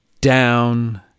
down